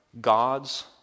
God's